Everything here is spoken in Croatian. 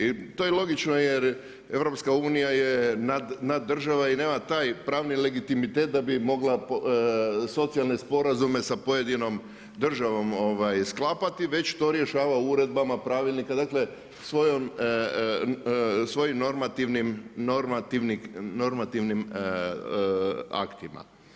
I to je logično jer EU, je nadržava i nema taj pravni legitimitet da bi mogla socijalne sporazume sa pojedinom državom sklapati, već to rješava uredbama, pravilnika, dakle svojim normativnim aktima.